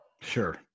Sure